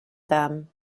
them